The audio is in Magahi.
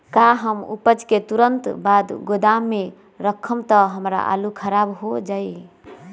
का हम उपज के तुरंत बाद गोदाम में रखम त हमार आलू खराब हो जाइ?